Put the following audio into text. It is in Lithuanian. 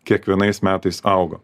kiekvienais metais augo